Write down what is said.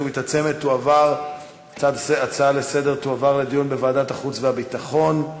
ומתעצמת תועברנה לדיון בוועדת החוץ והביטחון.